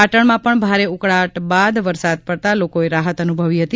પાટણમાં પણ ભારે ઉકળાટ બાદ વરસાદ પડતાં લોકોએ રાહત અનુભવી હતી